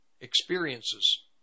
experiences